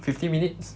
fifty minutes